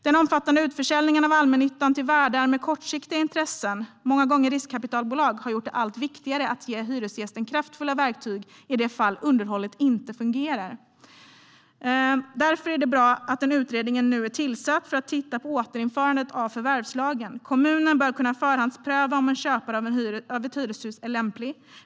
Den omfattande utförsäljningen av allmännyttan till värdar med kortsiktiga intressen, många gånger riskkapitalbolag, har gjort det allt viktigare att ge hyresgästen kraftfulla verktyg i det fall underhållet inte fungerar. Därför är det bra att en utredning nu är tillsatt för att titta på återinförandet av förvärvslagen. Kommunen bör kunna förhandspröva om en köpare av ett hyreshus är lämplig.